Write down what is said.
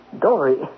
Dory